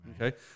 Okay